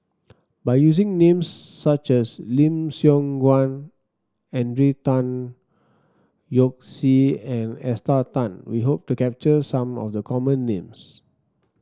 by using names such as Lim Siong Guan Henry Tan Yoke See and Esther Tan we hope to capture some of the common names